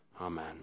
Amen